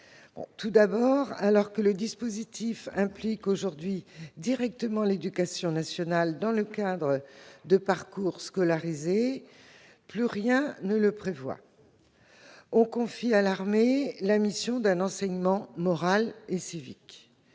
Tout d'abord, alors que le dispositif implique aujourd'hui directement l'éducation nationale dans le cadre de parcours scolarisés, plus rien n'est prévu à cet égard, et l'on confie à l'armée la mission d'un enseignement moral et civique.